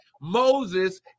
Moses